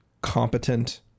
competent